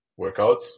workouts